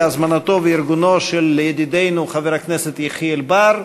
בהזמנתו ובארגונו של ידידנו חבר הכנסת יחיאל בר,